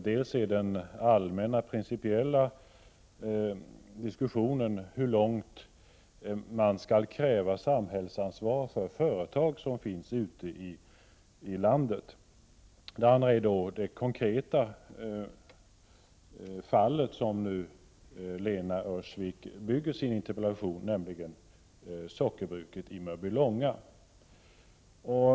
Det är dels den allmänna, principiella diskussionen om hur långt man skall kräva samhällsansvar för företag ute i landet, dels det konkreta fall som Lena Öhrsvik nu bygger sin interpellation på, dvs. sockerbruket i Mörbylånga.